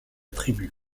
tribu